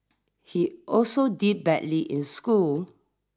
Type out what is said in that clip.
he also did badly in school